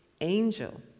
Angel